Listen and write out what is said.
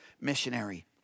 missionary